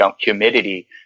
humidity